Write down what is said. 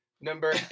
Number